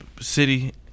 city